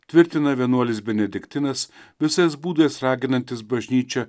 tvirtina vienuolis benediktinas visais būdais raginantis bažnyčią